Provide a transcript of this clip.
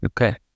Okay